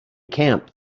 camp